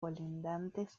colindantes